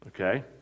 okay